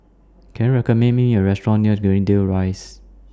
Can YOU recommend Me A Restaurant near Greendale Rise